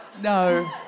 no